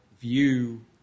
view